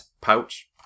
pouch